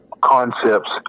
concepts